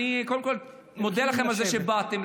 קודם כול, אני מודה לכם על זה שבאתם לכנסת.